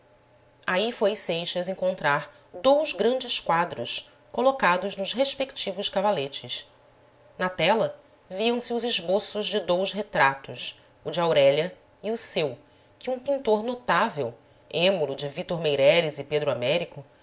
aí foi seixas encontrar dous grandes quadros colocados nos respectivos cavaletes na tela viam-se os esboços de dous retratos o de aurélia e o seu que um pintor notável êmulo de vítor meireles e pedro américo